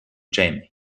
jamie